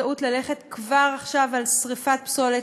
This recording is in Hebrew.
טעות ללכת כבר עכשיו על שרפת פסולת,